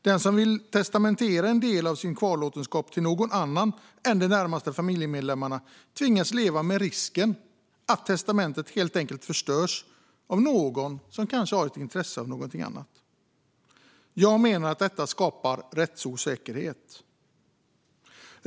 Den som vill testamentera en del av sin kvarlåtenskap till någon annan än de närmaste familjemedlemmarna tvingas leva med risken att testamentet helt enkelt förstörs av någon som har intresse av det. Det skapar rättsosäkerhet.